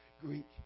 Greek